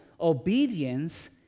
obedience